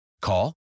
Call